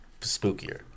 spookier